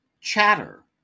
Chatter